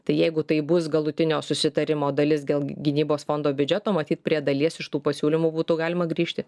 tai jeigu tai bus galutinio susitarimo dalis dėl gynybos fondo biudžeto matyt prie dalies iš tų pasiūlymų būtų galima grįžti